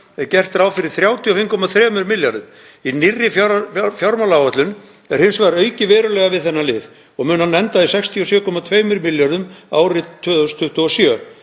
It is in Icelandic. er gert ráð fyrir 35,3 milljörðum. Í nýrri fjármálaáætlun er hins vegar aukið verulega við þennan lið og mun hann enda í 67,2 milljörðum árið 2027.